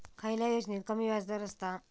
खयल्या योजनेत कमी व्याजदर असता?